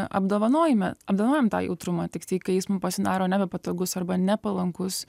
apdovanojime apdovanojam tą jautrumą tiktai kai jis mum pasidaro nebepatogus arba nepalankus